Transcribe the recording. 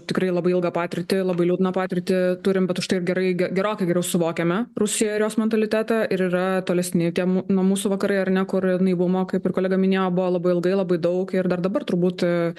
tikrai labai ilgą patirtį labai liūdną patirtį turim bet užtai gerai ge gerokai geriau suvokiame rusiją ir jos mentalitetą ir yra tolesni tie mų nuo mūsų vakarai ar ne kur naivumo kaip ir kolega minėjo buvo labai ilgai labai daug ir dar dabar turbūt